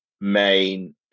main